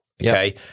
okay